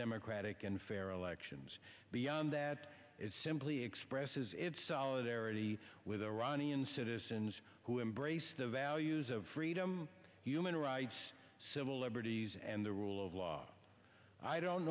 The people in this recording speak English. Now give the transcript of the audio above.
democratic and fair elections beyond that it simply expresses its solidarity with iranian citizens who embrace the values of freedom human rights civil liberties and the rule of law i don't